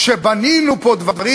כשבנינו פה דברים,